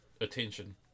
attention